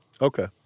Okay